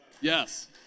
Yes